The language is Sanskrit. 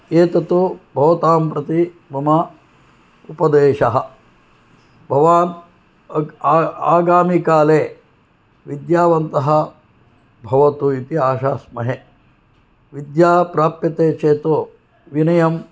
एतत् भवतां प्रति मम उपदेशः भवान् आगामिकाले विद्यावन्तः भवतु इति आशास्महे विद्या प्राप्यते चेत् विनयः